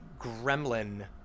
gremlin